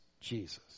Jesus